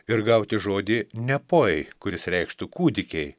ir gauti žodį nepoj kuris reikštų kūdikiai